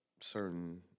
certain